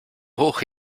hoch